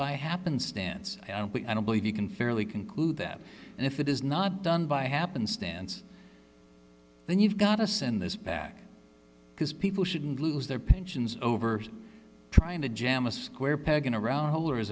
by happenstance i don't believe you can fairly conclude that and if it is not done by happenstance then you've got to send this back because people shouldn't lose their pensions over trying to jam a square peg in a round hole or is